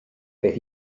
beth